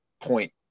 point